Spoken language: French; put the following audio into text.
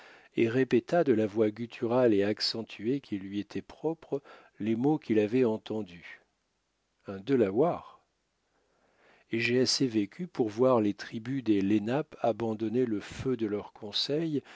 et répéta de la voix gutturale et accentuée qui lui était propre les mots qu'il avait entendus un delaware et j'ai assez vécu pour voir les tribus des lenapes abandonner le feu de leurs conseils